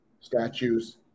statues